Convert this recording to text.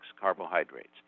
carbohydrates